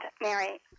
mary